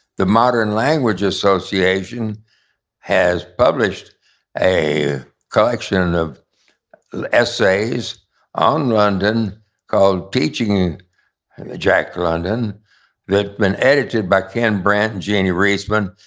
the modern language association has published a collection of essays on london called teaching jack london that have been edited by ken brandt and jeanne reesman,